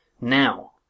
now